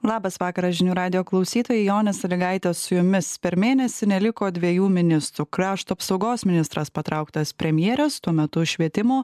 labas vakaras žinių radijo klausytojai jonė sąlygaitė su jumis per mėnesį neliko dviejų ministų krašto apsaugos ministras patrauktas premjerės tuo metu švietimo